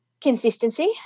consistency